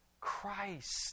Christ